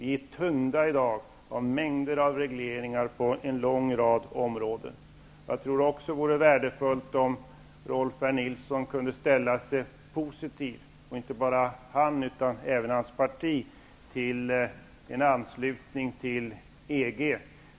Vi är i dag tyngda av mängder av regleringar på en lång rad områden. Jag tror också att det vore värdefullt om Rolf L. Nilson kunde ställa sig positiv -- och inte bara han utan även hans parti -- till en anslutning till EG.